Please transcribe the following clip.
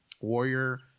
Warrior